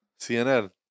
CNN